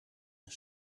een